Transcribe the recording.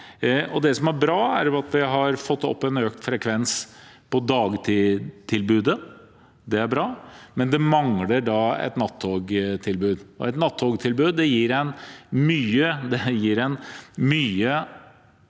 Det som er bra, er at det har blitt en økt frekvens i tilbudet på dagtid. Det er bra, men det mangler et nattogtilbud. Et nattogtilbud gir en mye